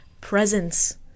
Presence